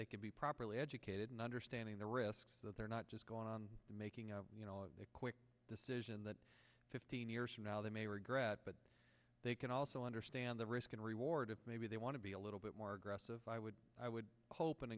they can be properly educated and understanding the risks that they're not just going on making a quick decision that fifteen years from now they may regret but they can also understand the risk and reward of maybe they want to be a little bit more aggressive i would i would hope and